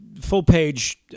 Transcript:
full-page